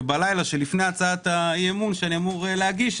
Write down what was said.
ובלילה שלפני הצעת אי-אמון שאני אמור להגיש,